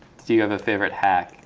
do you have a favorite hack?